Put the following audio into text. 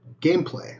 gameplay